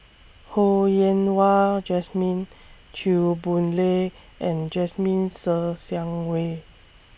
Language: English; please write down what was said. Ho Yen Wah Jesmine Chew Boon Lay and Jasmine Ser Xiang Wei